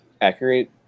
accurate